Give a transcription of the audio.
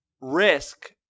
risk